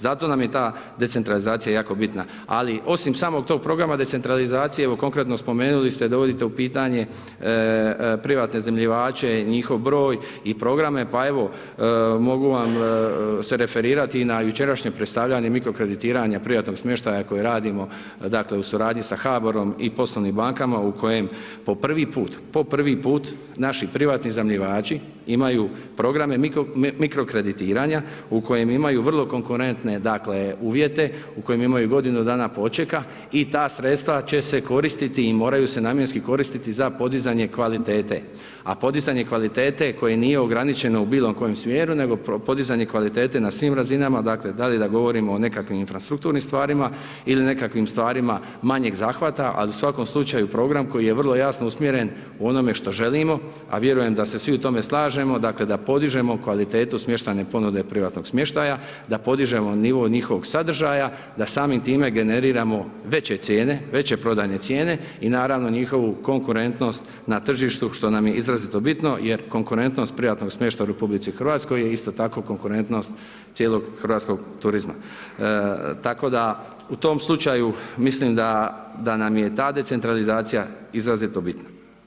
Zato nam je ta decentralizacija jako bitna, ali osim samog tog programa decentralizacije, evo konkretno spomenuli ste da dovodite u pitanje privatne iznajmljivače i njihov broj i programe, pa evo mogu vam se referirati i na jučerašnje predstavljanje mikro kreditiranje privatnog smještaja koje radimo, dakle, u suradnji sa HABOR-om i poslovnim bankama u kojem po prvi put naši privatni iznajmljivači imaju programe mikro kreditiranja u kojem imaju vrlo konkurentne, dakle, uvjete, u kojem imaju godinu dana počeka i ta sredstva će se koristiti i moraju se namjenski koristiti za podizanje kvalitete, a podizanje kvalitete koje nije ograničeno u bilo kojem smjeru, nego podizanje kvalitete na svim razinama, dakle, da li da govorimo o nekakvim infrastrukturnim stvarima ili nekakvim stvarima manjeg zahvata, ali u svakom slučaju, program koji je vrlo jasno usmjeren u onome što želimo, a vjerujem da se svi u tome slažemo, dakle, da podižemo kvalitetu smještajne ponude privatnog smještaja, da podižemo nivo njihovog sadržaja, da samim time generiramo veće cijene, veće prodajne cijene i naravno, njihovu konkurentnost na tržištu, što nam je izrazito bitno jer konkurentnost privatnog smještaja u RH je isto tako konkurentnost cijelog hrvatskog turizma, tako da u tom slučaju mislim da nam je ta decentralizacija izrazito bitna.